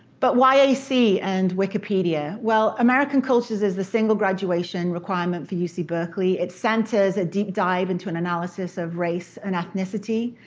but why ac and wikipedia? well, american cultures is the single graduation requirement for yeah uc berkeley. it's center is a deep dive into an analysis of race and ethnicity.